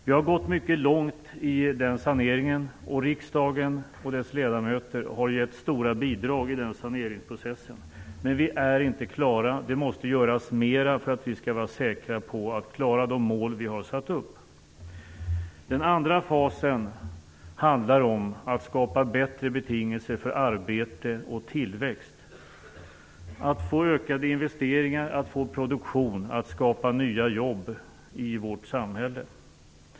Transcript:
Vi har kommit mycket långt med saneringen, och riksdagen och dess ledamöter har gett stora bidrag i saneringsprocessen. Men vi är inte klara. Det måste göras mera för att vi skall kunna vara säkra på att klara de mål vi har satt upp. Den andra fasen handlar om att skapa bättre betingelser för arbete och tillväxt: att få ökade investeringar, att få produktion och att skapa nya jobb i vårt samhälle.